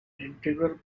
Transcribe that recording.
integral